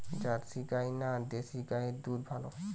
Jersey গাই না দেশী গাইয়ের দুধ ভালো?